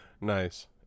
Nice